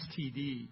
STD